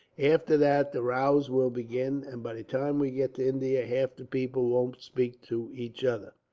after that, the rows will begin, and by the time we get to india, half the people won't speak to each other.